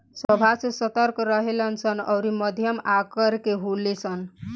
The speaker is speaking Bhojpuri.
स्वभाव से सतर्क रहेले सन अउरी मध्यम आकर के होले सन